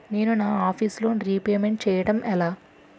నేను నా office loan repayment చేయడం ఎలా?